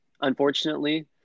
unfortunately